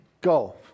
Go